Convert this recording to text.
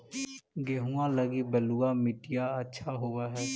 गेहुआ लगी बलुआ मिट्टियां अच्छा होव हैं?